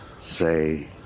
Say